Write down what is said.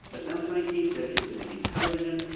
a sound design team dedicated to making television,